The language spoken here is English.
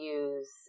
use